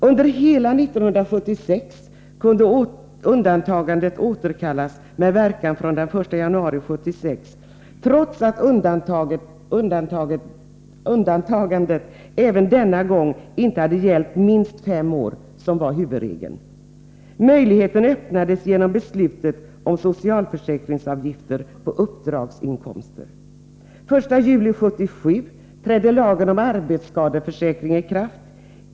Under hela 1976 kunde undantagandet återkallas med verkan från den 1 januari 1976, trots att undantagandet inte heller denna gång hade gällt minst fem år, som var huvudregeln. Möjligheten öppnades genom beslutet om socialförsäkringsavgifter på uppdragsinkomster. Den 1 juli 1977 trädde lagen om arbetsskadeförsäkring i kraft.